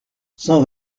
cent